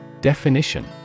Definition